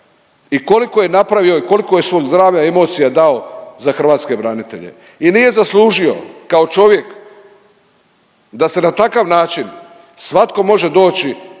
i koliko je napravio i koliko je svog zdravlja, emocija dao za hrvatske branitelje. I nije zaslužio kao čovjek da se na takav način svatko može doći